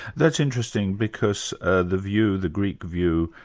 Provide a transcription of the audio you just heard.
that's interesting, because the view, the greek view,